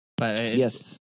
Yes